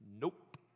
nope